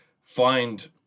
find